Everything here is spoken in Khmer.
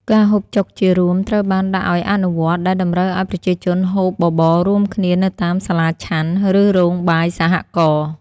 ការហូបច្បុកជារួមត្រូវបានដាក់ឱ្យអនុវត្ត ដែលតម្រូវឱ្យប្រជាជនហូបបបររួមគ្នានៅតាមសាលាឆាន់ ឬរោងបាយសហករណ៍។